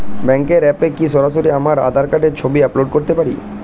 ব্যাংকের অ্যাপ এ কি সরাসরি আমার আঁধার কার্ডের ছবি আপলোড করতে পারি?